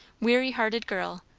weary-hearted girl,